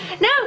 no